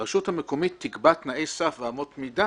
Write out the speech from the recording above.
שהרשות המקומית תקבע תנאי סף ואמות מידה